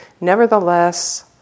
Nevertheless